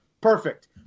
Perfect